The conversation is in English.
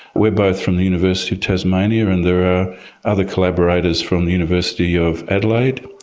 we are both from the university of tasmania and there are other collaborators from the university of adelaide,